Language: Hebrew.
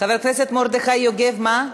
חבר הכנסת מרדכי יוגב, מה?